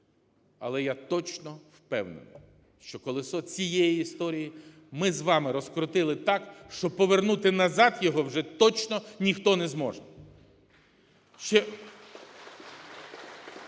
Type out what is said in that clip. Але я точно впевнений, що колесо цієї історії ми з вами розкрутили так, що повернути назад його вже точно ніхто не зможе.